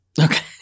Okay